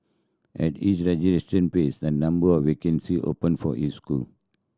at each registration phase a number of vacancy open for each school